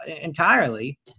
entirely